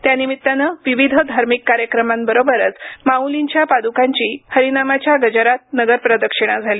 त्यानिमित्तानं विविध धार्मिक कार्यक्रमांबरोबरच माउलींच्या पादुकांची हरिनामाच्या गजरात नगर प्रदक्षिणा झाली